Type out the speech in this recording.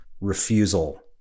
refusal